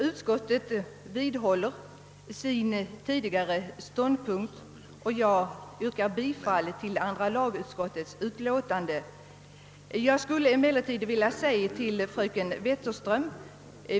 Utskottet vidhåller sin tidigare ståndpunkt, och jag yrkar bifall till andra lagutskottets hemställan.